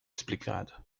explicado